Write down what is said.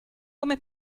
come